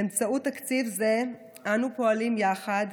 באמצעות תקציב זה אנו פועלים יחד,